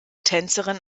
tänzerin